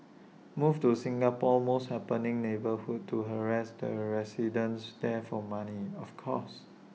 move to Singapore's most happening neighbourhood and harass the residents there for money of course